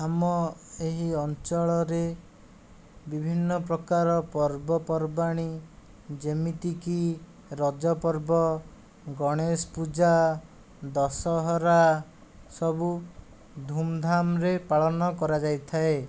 ଆମ ଏହି ଅଞ୍ଚଳରେ ବିଭିନ୍ନ ପ୍ରକାର ପର୍ବପର୍ବାଣି ଯେମିତିକି ରଜ ପର୍ବ ଗଣେଶପୂଜା ଦଶହରା ସବୁ ଧୂମଧାମରେ ପାଳନ କରାଯାଇଥାଏ